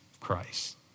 Christ